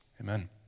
Amen